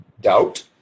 doubt